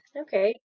Okay